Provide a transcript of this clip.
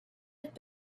have